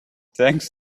thanks